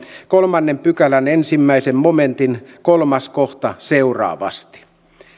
kolmannen pykälän ensimmäisen momentin kolmas kohta seuraavasti